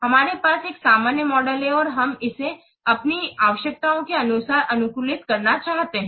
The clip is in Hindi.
हमारे पास एक सामान्य मॉडल है और हम इसे अपनी आवश्यकताओं के अनुसार अनुकूलित करना चाहते हैं